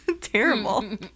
Terrible